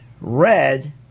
red